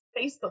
Facebook